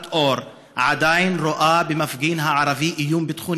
אור עדיין רואה במפגין הערבי איום ביטחוני,